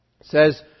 says